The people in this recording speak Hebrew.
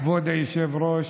כבוד היושב-ראש,